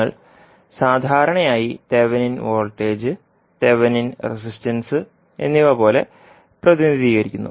നിങ്ങൾ സാധാരണയായി Thevenin voltage Thevenin resistance എന്നിവ പോലെ പ്രതിനിധീകരിക്കുന്നു